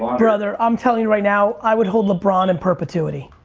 brother, i'm telling you right now, i would hold lebron in perpetuity.